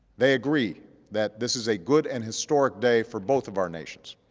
they agree that this is a good and historic day for both of our nations.